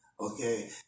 okay